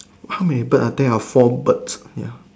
how many bird are there are four birds ya